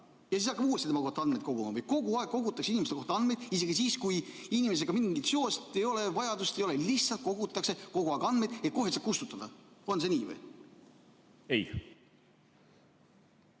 ja siis hakkame uuesti tema kohta andmeid koguma või? Kogu aeg kogutakse inimeste kohta andmeid, isegi siis, kui inimesega mingit seost ei ole, vajadust ei ole, lihtsalt kogutakse kogu aeg andmeid, et siis kohe need kustutada. On see nii või? Hea